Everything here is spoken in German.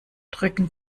drücken